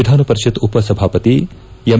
ವಿಧಾನಪರಿಷತ್ ಉಪಸಭಾಪತಿ ಎಂ